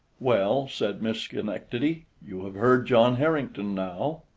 well, said miss schenectady, you have heard john harrington now.